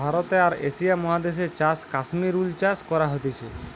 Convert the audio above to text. ভারতে আর এশিয়া মহাদেশে চাষ কাশ্মীর উল চাষ করা হতিছে